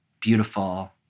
beautiful